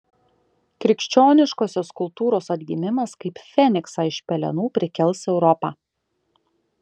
krikščioniškosios kultūros atgimimas kaip feniksą iš pelenų prikels europą